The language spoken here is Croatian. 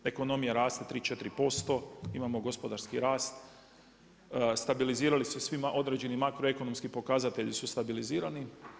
Ekonomija raste 3, 4%, imamo gospodarski rast, stabilizirali su se svi određeni makroekonomski pokazatelji su stabilizirani.